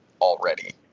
already